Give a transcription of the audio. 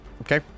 Okay